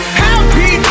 happy